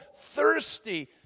thirsty